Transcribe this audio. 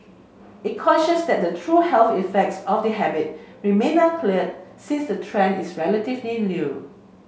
it cautioned that the true health effects of the habit remain unclear since the trend is relatively new